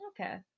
okay